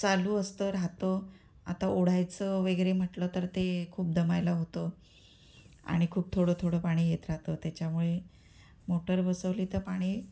चालू असतं राहतं आता ओढायचं वगैरे म्हटलं तर ते खूप दमायला होतं आणि खूप थोडं थोडं पाणी येत राहतं त्याच्यामुळे मोटर बसवली तर पाणी